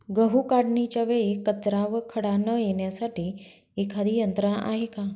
गहू काढणीच्या वेळी कचरा व खडा न येण्यासाठी एखादी यंत्रणा आहे का?